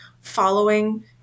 following